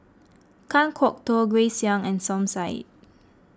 Kan Kwok Toh Grace Young and Som Said